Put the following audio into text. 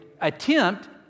attempt